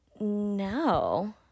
No